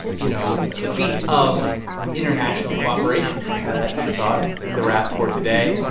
you know, feat of international cooperation well, that deep thought is the wrap for today.